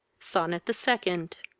sonnet the second.